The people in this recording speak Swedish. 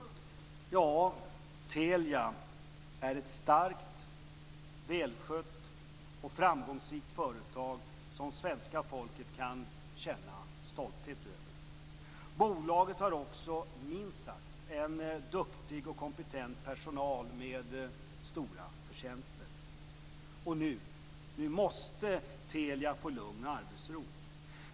Ja, Telia är ett starkt, välskött och framgångsrikt företag som svenska folket kan känna stolthet över. Bolaget har också minst sagt en duktig och kompetent personal med stora förtjänster. Nu måste Telia få lugn och arbetsro.